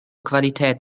qualität